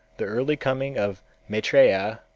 the early coming of maitreya,